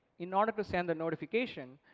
in order to send a notification,